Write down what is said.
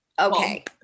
okay